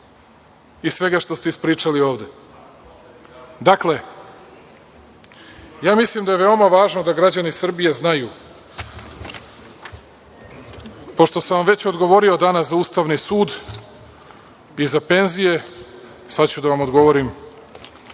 i svega što ste ispričali ovde. Dakle, ja mislim da je veoma važno da građani Srbije znaju, pošto sam vam već odgovorio danas za ustavni sud i za penzije, sad ću da vam odgovorim